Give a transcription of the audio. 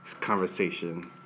conversation